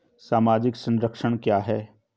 सामाजिक संरक्षण क्या है?